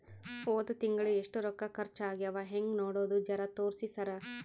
ಹೊದ ತಿಂಗಳ ಎಷ್ಟ ರೊಕ್ಕ ಖರ್ಚಾ ಆಗ್ಯಾವ ಹೆಂಗ ನೋಡದು ಜರಾ ತೋರ್ಸಿ ಸರಾ?